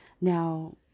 Now